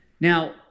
Now